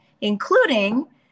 including